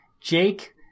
Jake